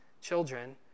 children